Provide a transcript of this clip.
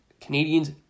Canadians